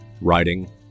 Writing